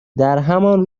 درهمان